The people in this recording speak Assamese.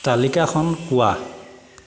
তালিকাখন কোৱা